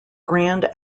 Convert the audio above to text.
grand